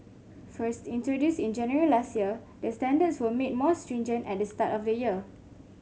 first introduced in January last year the standards were made more stringent at the start of the year